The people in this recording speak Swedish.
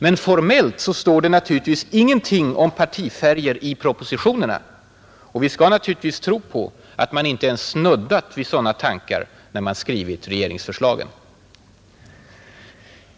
Men formellt står naturligtvis ingenting om partifärger i propositionerna — och vi skall naturligtvis tro på att man inte ens snuddat vid sådana tankar när man skrivit regeringsförslagen.